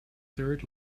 third